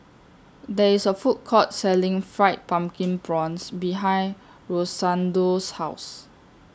There IS A Food Court Selling Fried Pumpkin Prawns behind Rosendo's House